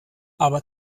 aber